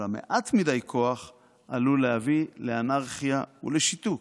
אולם מעט מדי כוח עלול להביא לאנרכיה ולשיתוק,